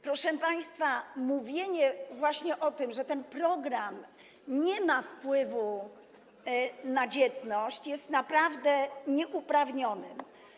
Proszę państwa, mówienie właśnie o tym, że ten program nie ma wpływu na dzietność, jest naprawdę nieuprawnione.